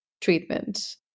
treatment